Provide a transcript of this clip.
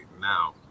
now